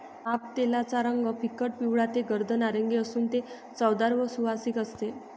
पामतेलाचा रंग फिकट पिवळा ते गर्द नारिंगी असून ते चवदार व सुवासिक असते